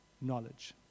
knowledge